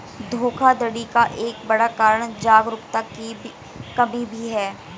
धोखाधड़ी का एक बड़ा कारण जागरूकता की कमी भी है